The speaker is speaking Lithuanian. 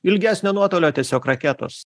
ilgesnio nuotolio tiesiog raketos